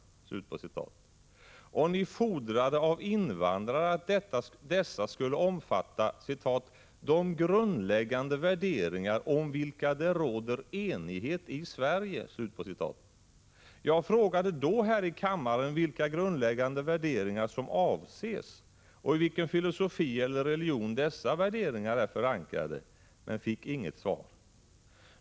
Ni fordrade av invandrare att dessa skulle omfatta ”de grundläggande värderingar om vilka det råder enighet i Sverige”. Jag frågade då här i kammaren vilka grundläggande värderingar som avses och vilken filosofi eller religion dessa värderingar är förankrade i, men jag fick inget svar.